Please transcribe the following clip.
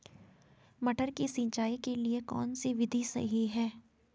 मटर की सिंचाई के लिए कौन सी विधि सही है?